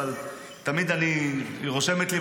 אבל תמיד היא רושמת לי,